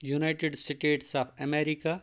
United States of America